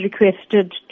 requested